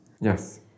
Yes